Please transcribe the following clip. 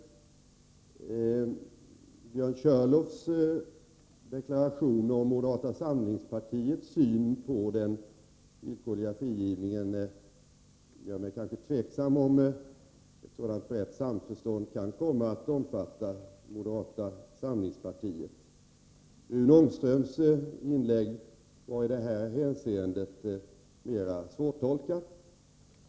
Björn Körlofs deklaration om moderata samlingspartiets syn på den villkorliga frigivningen gör mig något tveksam om huruvida ett sådant brett samförstånd kan komma att omfatta moderata samlingspartiet. Rune Ångströms inlägg var i det hänseendet mera svårtolkat.